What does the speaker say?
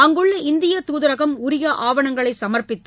அங்குள்ள இந்திய தூதரகம் உரிய ஆவணங்களை சமர்ப்பித்து